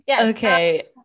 Okay